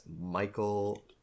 michael